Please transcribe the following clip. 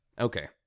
Okay